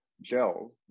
gels